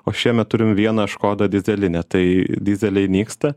o šiemet turim vieną škodą dyzelinę tai dyzeliai nyksta